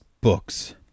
books